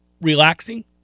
relaxing